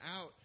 out